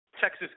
Texas